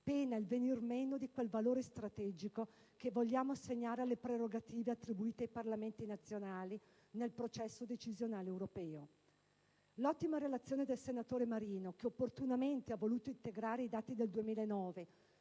pena il venir meno di quel valore strategico che vogliamo assegnare alle prerogative attribuite ai Parlamenti nazionali nel processo decisionale europeo. L'ottima relazione del senatore Marino, che opportunamente ha voluto integrare i dati del 2009